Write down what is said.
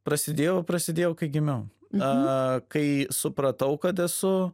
prasidėjau prasidėjau kai gimiau a kai supratau kad esu